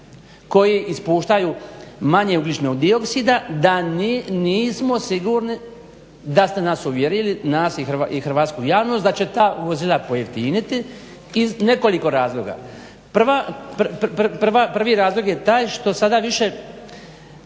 koji ispuštaju manje ugljičnog dioksida da nismo sigurni da ste nas uvjerili, nas i hrvatsku javnost da će ta vozila pojeftiniti iz nekoliko razloga. Prvi razlog je taj što sada više,